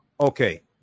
okay